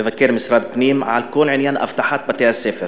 מבקר משרד הפנים, על כל עניין אבטחת בתי-הספר.